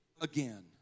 again